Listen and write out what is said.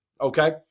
okay